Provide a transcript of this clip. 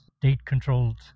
state-controlled